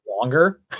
longer